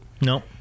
no